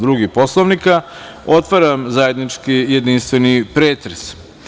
2 Poslovnika, otvaram zajednički jedinstveni pretres.